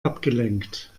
abgelenkt